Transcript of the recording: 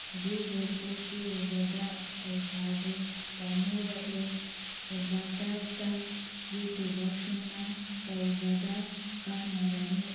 ꯑꯗꯨꯕꯨ ꯄꯣꯠꯁꯤ ꯎꯕꯗ ꯄꯩꯁꯥꯗꯨ ꯄꯥꯝꯃꯨꯔꯛꯑꯦ ꯑꯦꯗꯚꯥꯔꯇꯥꯏꯖꯇ ꯌꯨꯇꯨꯕꯔꯁꯤꯡꯅ ꯇꯧꯕꯗ ꯀꯥꯟꯅꯔꯅꯤ